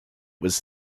was